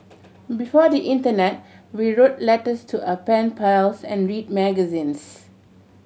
before the internet we wrote letters to our pen pals and read magazines